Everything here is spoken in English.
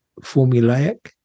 formulaic